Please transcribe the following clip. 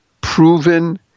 proven